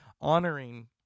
honoring